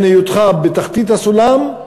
בין היותך בתחתית הסולם,